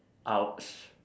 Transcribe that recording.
!ouch!